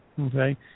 okay